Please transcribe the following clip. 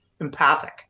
empathic